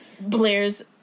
Blair's